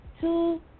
two